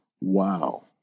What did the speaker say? Wow